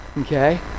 Okay